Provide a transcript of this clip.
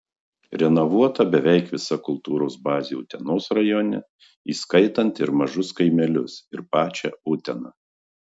renovuota beveik visa kultūros bazė utenos rajone įskaitant ir mažus kaimelius ir pačią uteną